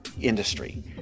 industry